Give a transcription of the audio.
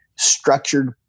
Structured